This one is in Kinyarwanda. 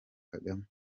kagame